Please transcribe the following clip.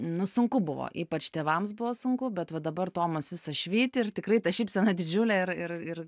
nu sunku buvo ypač tėvams buvo sunku bet va dabar tomas visas švyti ir tikrai ta šypsena didžiulė ir ir ir